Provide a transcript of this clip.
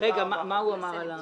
הוא מנסה למצוא פתרון.